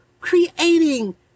Creating